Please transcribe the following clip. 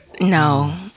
No